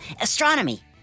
astronomy